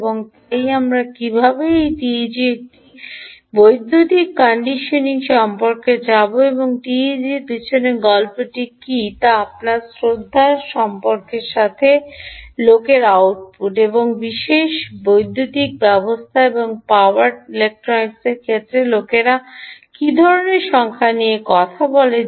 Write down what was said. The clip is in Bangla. এবং তাই আমরা কীভাবে এই টিইজি একটি বিদ্যুত্ কন্ডিশনিং সম্পর্কে যাব এবং এই টিইজির পিছনে গল্পটি কী তা আপনার সম্পর্কে শ্রদ্ধার সাথে জানেন যে লোকে আউটপুট এবং এই বিশেষ বিদ্যুতের অবস্থা এবং পাওয়ার ইলেক্ট্রনিক্সের ক্ষেত্রে লোকেরা কী ধরণের সংখ্যা নিয়ে কথা বলে